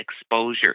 exposure